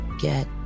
get